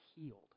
healed